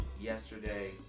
yesterday